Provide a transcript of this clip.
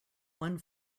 one